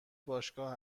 باشگاه